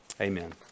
amen